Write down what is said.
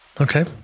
Okay